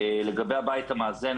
לגבי הבית המאזן,